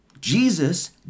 Jesus